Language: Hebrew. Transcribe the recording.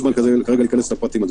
התקנות העיקריות),